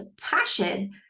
passion